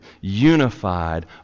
unified